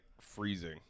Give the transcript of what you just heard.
freezing